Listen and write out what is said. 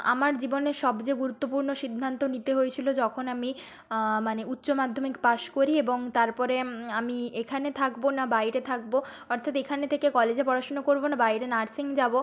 আমার জীবনে সবচেয়ে গুরুত্বপূর্ণ সিদ্ধান্ত নিতে হয়েছিল যখন আমি মানে উচ্চমাধ্যমিক পাশ করি এবং তারপরে আমি এখানে থাকবো না বাইরে থাকবো অর্থাৎ এখানে থেকে কলেজে পড়াশোনা করবো না বাইরে নার্সিং যাবো